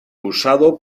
usado